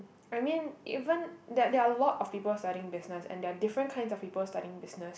I mean even there are there are a lot of people studying business and there are different kinds of people studying business